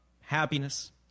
happiness